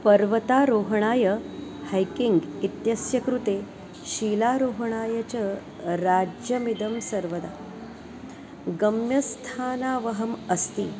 पर्वतारोहणाय हैकिङ्ग् इत्यस्य कृते शीलारोहणाय च राज्यमिदं सर्वदा गम्यस्थानावहम् अस्ति